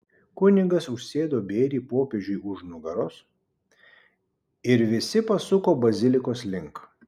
kunigas užsėdo bėrį popiežiui už nugaros ir visi pasuko bazilikos link